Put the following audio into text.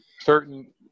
certain